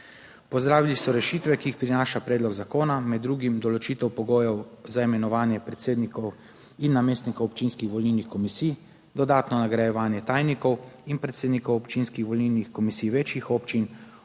Pozdravili so rešitve, ki jih prinaša predlog zakona, med drugim določitev pogojev za imenovanje predsednikov in namestnikov občinskih volilnih komisij, dodatno nagrajevanje tajnikov in predsednikov občinskih volilnih komisij večjih občin,